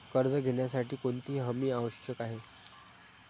कर्ज घेण्यासाठी कोणती हमी आवश्यक आहे?